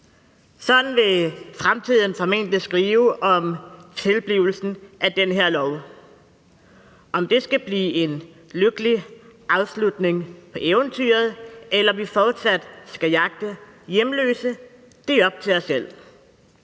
Sådan vil fremtiden formentlig skrive om tilblivelsen af den her lov. Om det skal blive en lykkelig afslutning på eventyret eller vi fortsat skal jagte hjemløse, er op til os selv,